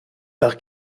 par